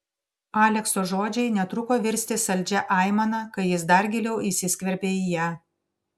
alekso žodžiai netruko virsti saldžia aimana kai jis dar giliau įsiskverbė į ją